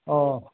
অঁ